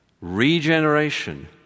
Regeneration